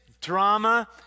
drama